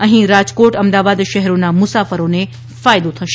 અહીં રાજકોટ અમદાવાદ શહેરોના મુસાફરોને ફાયદો થશે